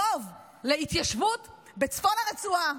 רוב להתיישבות בצפון הרצועה,